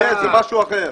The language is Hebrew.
זה משהו אחר.